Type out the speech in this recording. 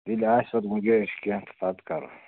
ییٚلہِ آسہِ اَدٕ منگیاہ اَسہِ کیٚنٛہہ تہٕ پتہٕ کَرو